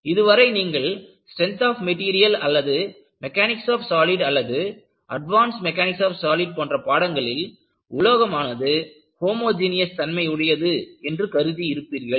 இதுவரை நீங்கள் strength of material அல்லது மெக்கானிக்ஸ் ஆப் சாலிட்ஸ் அல்லது அட்வான்ஸ்ட் மெக்கானிக்ஸ் ஆப் சாலிட்ஸ் போன்ற பாடங்களில் உலோகமானது ஹோமோஜீனியஸ் தன்மை உடையது என்று கருதி இருப்பீர்கள்